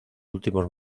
últimos